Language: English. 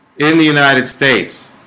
in the united states